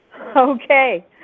Okay